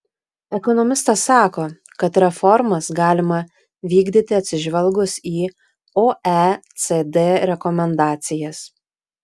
ekonomistas sako kad reformas galima vykdyti atsižvelgus į oecd rekomendacijas